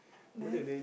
then